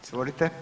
Izvolite.